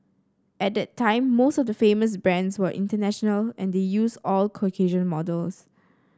at that time most of the famous brands were international and they used Caucasian models